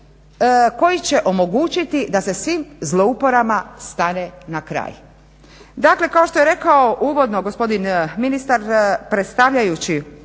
koji će omogućiti da se svim zlouporabama stane na kraj.